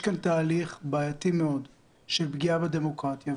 יש כאן תהליך בעייתי מאוד של פגיעה בדמוקרטיה.